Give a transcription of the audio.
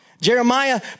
Jeremiah